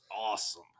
awesome